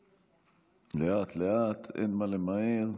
לאט-לאט, אין מה למהר.